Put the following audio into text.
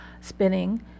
spinning